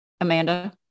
Amanda